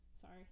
Sorry